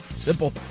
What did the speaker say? Simple